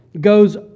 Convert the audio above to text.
goes